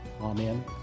Amen